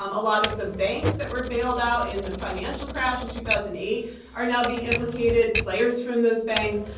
um a lot of the banks that were bailed out in the financial crash in two thousand and eight are now being implicated, players from those banks.